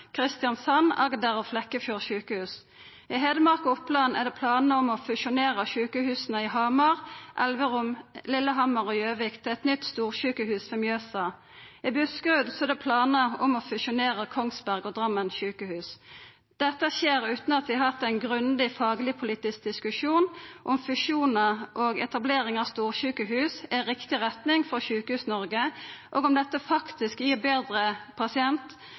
Kristiansand, Agder og Flekkefjord. I Hedmark og Oppland er det planar om å fusjonera sjukehusa i Hamar, Elverum, Lillehammer og Gjøvik til eit nytt storsjukehus ved Mjøsa. I Buskerud er det planar om å fusjonera Kongsberg og Drammen sykehus. Dette skjer utan at vi har hatt ein grundig fagleg-politisk diskusjon om fusjonar og etablering av storsjukehus er riktig retning for Sjukehus-Noreg, og om dette faktisk gir betre